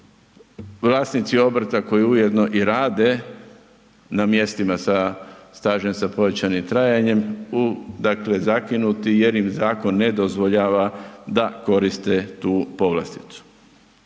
vlasnici obrta koji ujedno i rade na mjestima sa stažem sa povećanim trajanjem, dakle zakinuti jer im zakon ne dozvoljava da koriste tu povlasticu.